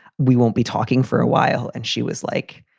we won't be talking for ah while. and she was like.